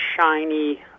shiny